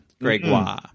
Gregoire